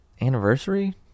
anniversary